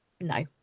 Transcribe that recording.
no